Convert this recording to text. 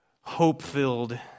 hope-filled